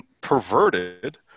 perverted